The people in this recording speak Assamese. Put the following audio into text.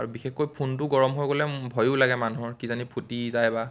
আৰু বিশেষকৈ ফোনটো গৰম হৈ গ'লে ভয়ো লাগে মানুহৰ কিজানি ফুটি যায় বা